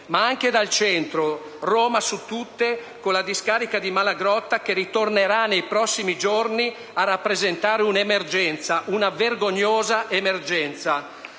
ma anche del centro (Roma su tutte con la discarica di Malagrotta, che ritornerà nei prossimi giorni a rappresentare un'emergenza, una vergognosa emergenza).